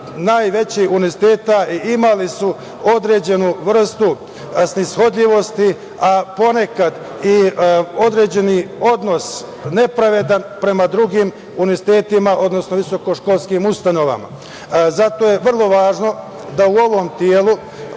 najvećih univerziteta i imali su određenu vrstu snishodljivosti, a ponekad i određeni odnos nepravedan prema drugim univerzitetima, odnosno visokoškolskim ustanovama. Zato je vrlo važno da u ovom telu